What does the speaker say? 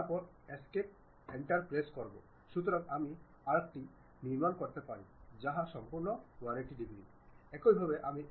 যদি আমি এই পুরো বস্তুটি ফ্লিপ করি আমি একটি লিঙ্কের মতো কিছু দেখতে পাবো একটি সার্কুলার গর্ত হবে এবং সেখানে কী আছে আপনি কি দেখছন